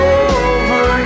over